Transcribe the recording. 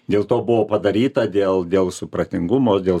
dėl to buvo padaryta dėl dėl supratingumo dėl